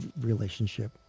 relationship